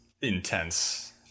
intense